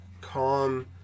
calm